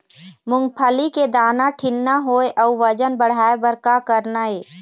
मूंगफली के दाना ठीन्ना होय अउ वजन बढ़ाय बर का करना ये?